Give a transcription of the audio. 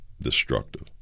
destructive